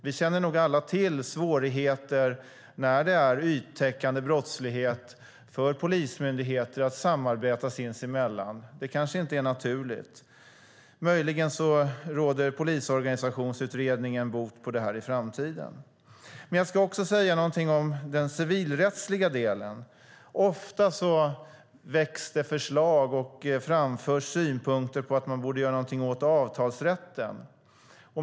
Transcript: Vi känner alla till svårigheter vid yttäckande brottslighet för polismyndigheter att samarbeta sinsemellan. Det kanske inte är naturligt. Möjligen råder den utredning som Polisorganisationskommittén ska lägga fram bot på detta i framtiden. Jag ska också säga något om den civilrättsliga delen. Ofta väcks förslag och framförs synpunkter på att man borde göra någonting åt avtalsrätten.